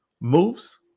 moves